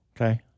Okay